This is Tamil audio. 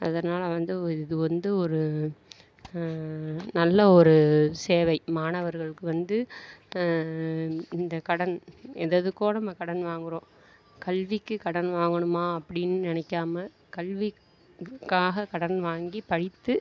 அதனால் வந்து இது வந்து ஒரு நல்ல ஒரு சேவை மாணவர்களுக்கு வந்து இந்த கடன் எதெதுக்கோ நம்ம கடன் வாங்குறோம் கல்விக்கு கடன் வாங்கணுமா அப்படின் நினைக்காம கல்விக்காக கடன் வாங்கி படித்து